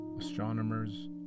astronomers